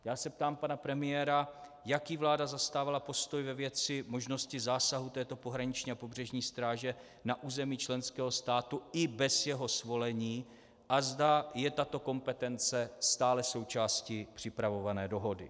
Já se ptám pana premiéra, jaký vláda zastávala postoj ve věci možnosti zásahu této pohraniční a pobřežní stráže na území členského státu i bez jeho svolení a zda je tato kompetence stále součástí připravované dohody.